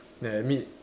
and meet